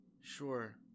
sure